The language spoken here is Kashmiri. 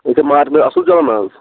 اَصٕل چھِوا بناون